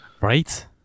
Right